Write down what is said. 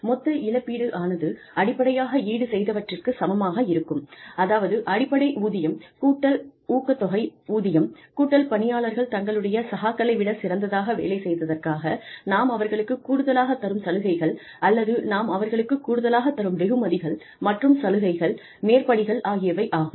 மொத்த இழப்பீடு ஆனது அடிப்படையாக ஈடு செய்தவற்றிற்குச் சமமாக இருக்கும் அதாவது அடிப்படை ஊதியம் கூட்டல் ஊக்கத்தொகை ஊதியம் கூட்டல் பணியாளர்கள் தங்களுடைய சகாக்களை விடச் சிறந்ததாக வேலை செய்ததற்காக நாம் அவர்களுக்குக் கூடுதலாகத் தரும் சலுகைகள் அல்லது நாம் அவர்களுக்கு கூடுதலாகத் தரும் வெகுமதிகள் மற்றும் சலுகைகள் மேற்படிகள் ஆகியவை ஆகும்